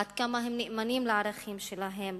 עד כמה הם נאמנים לערכים שלהם,